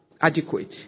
adequate